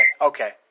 Okay